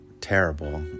terrible